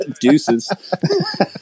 Deuces